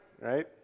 right